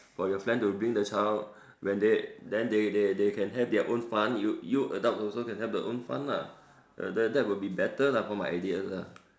for your plan to bring the child when they then they they they can have their own fun you you adults also can have the own fun lah that that would be better lah for my idea